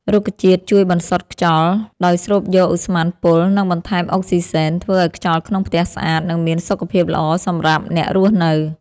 រុក្ខជាតិជួយបន្សុទ្ធខ្យល់ ដោយស្រូបយកឧស្ម័នពុល និងបន្ថែមអុកស៊ីសែន ធ្វើឲ្យខ្យល់ក្នុងផ្ទះស្អាត និងមានសុខភាពល្អសម្រាប់អ្នករស់នៅ។